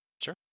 sure